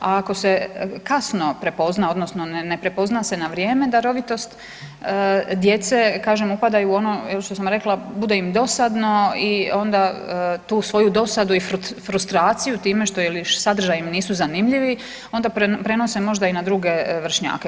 A ako se kasno prepozna, odnosno ne prepozna se na vrijeme darovitost djece, kažem djeca upadaju u ono što sam rekla bude im dosadno i onda tu svoju dosadu i frustraciju time što ili što im sadržaji nisu zanimljivi onda prenose možda i na druge vršnjake.